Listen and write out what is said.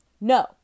No